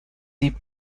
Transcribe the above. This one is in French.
des